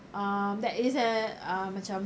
um that is a um macam